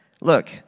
Look